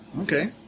okay